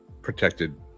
protected